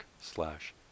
slash